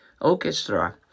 orchestra